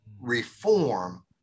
reform